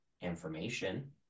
information